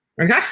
Okay